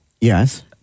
Yes